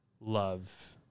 love